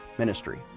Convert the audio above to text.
ministry